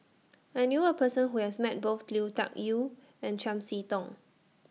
I knew A Person Who has Met Both Lui Tuck Yew and Chiam See Tong